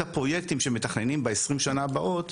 הפרויקטים שמתכננים ב-20 שנה הבאות,